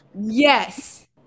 Yes